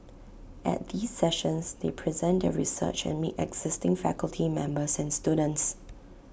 at these sessions they present their research and meet existing faculty members and students